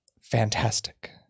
fantastic